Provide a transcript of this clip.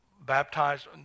baptized